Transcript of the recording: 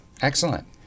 Excellent